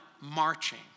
marching